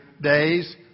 days